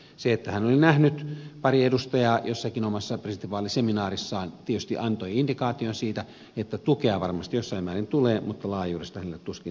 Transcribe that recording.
se että hän oli nähnyt pari edustajaa jossakin omassa presidentinvaaliseminaarissaan tietysti antoi indikaation siitä että tukea varmasti jossain määrin tulee mutta laajuudesta hänellä tuskin saattoi olla käsitystä